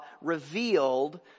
revealed